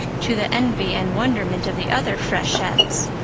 to the envy and wonderment of the other freshettes,